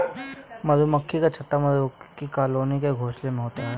मधुमक्खी का छत्ता मधुमक्खी कॉलोनी का घोंसला होता है